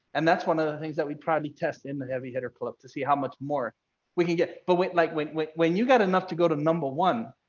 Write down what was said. and that's one of the things that we probably test in the heavy hitter club to see how much more we can get. but wait, like when when you got enough to go to number one?